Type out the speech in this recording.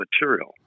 material